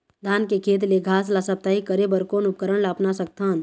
धान के खेत ले घास ला साप्ताहिक करे बर कोन उपकरण ला अपना सकथन?